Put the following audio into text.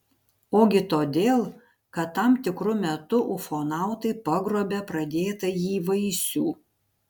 ogi todėl kad tam tikru metu ufonautai pagrobia pradėtąjį vaisių